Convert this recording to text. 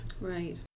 Right